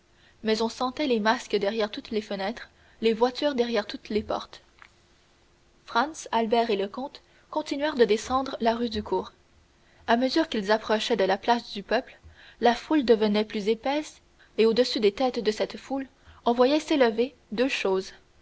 mais on sentait les masques derrière toutes les fenêtres les voitures derrière toutes les portes franz albert et le comte continuèrent de descendre la rue du cours à mesure qu'ils approchaient de la place du peuple la foule devenait plus épaisse et au-dessus des têtes de cette foule on voyait s'élever deux choses